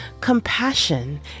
Compassion